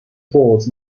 falls